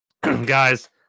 Guys